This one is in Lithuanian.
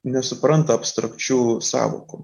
nesupranta abstrakčių sąvokų